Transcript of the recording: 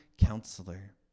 counselor